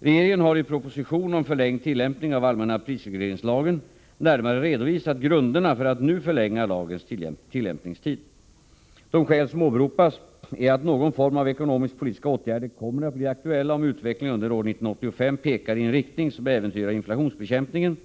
Regeringen har i proposition 1984/85:26 om förlängd tillämpning av allmänna prisregleringslagen närmare redovisat grunderna för att nu förlänga lagens tillämpningstid. De skäl som åberopas är att någon form av ekonomisk-politiska åtgärder kommer att bli aktuella om utvecklingen under år 1985 pekar i en riktning som äventyrar inflationsbekämpningen